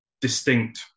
distinct